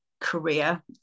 career